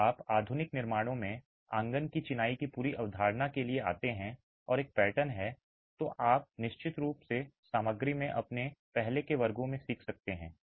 यदि आप आधुनिक निर्माणों में आंगन की चिनाई की पूरी अवधारणा के लिए आते हैं और एक पैटर्न है तो आप निश्चित रूप से सामग्री में अपने पहले के वर्गों में सीख सकते हैं